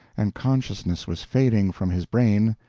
and consciousness was fading from his brain,